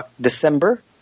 December